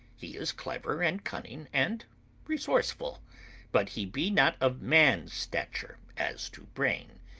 he is clever and cunning and resourceful but he be not of man-stature as to brain.